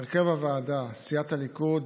הרכב הוועדה: סיעת הליכוד,